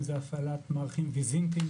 אם זה הפעלת מערכים ויזנטיים,